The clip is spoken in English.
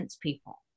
people